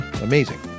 amazing